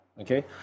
Okay